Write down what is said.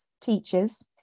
teachers